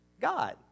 God